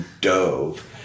dove